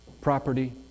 property